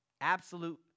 absolute